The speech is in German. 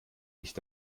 nicht